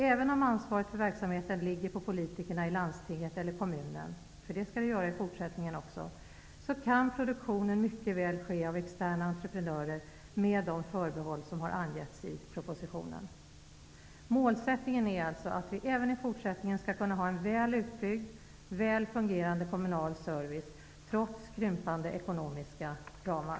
Även om ansvaret för verksamheten ligger på politikerna i landstinget eller kommunen, det skall det också göra i fortsättningen, kan produktionen mycket väl ske av externa entreprenörer med de förbehåll som har angetts i propositionen. Målsättningen är att vi även i fortsättningen skall kunna ha en väl utbyggd och väl fungerande kommunal service -- trots krympande ekonomiska ramar.